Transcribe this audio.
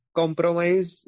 compromise